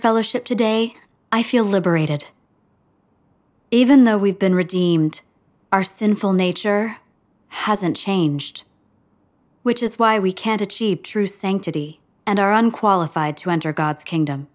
fellowship today i feel liberated even though we've been redeemed our sinful nature hasn't changed which is why we can't achieve true sanctity and are unqualified to enter god's kingdom